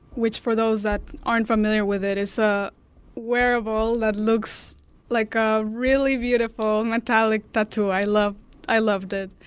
which for those that aren't familiar with it, it's a wearable that looks like a really beautiful metallic tattoo. i loved i loved it.